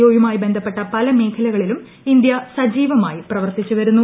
O യുമായി ബന്ധപ്പെട്ട പല മേഖലകളിലും ഇന്ത്യ സജീവമായി പ്രവർത്തിച്ചു വരുന്നു